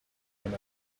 when